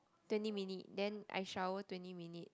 twenty minute then I shower twenty minute